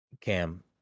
Cam